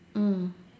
mm